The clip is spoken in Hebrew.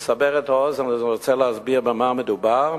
כדי לסבר את האוזן אני רוצה להסביר במה מדובר.